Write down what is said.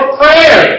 prayer